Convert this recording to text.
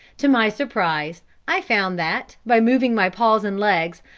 to my surprise i found that, by moving my paws and legs,